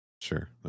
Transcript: Sure